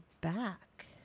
back